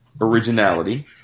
originality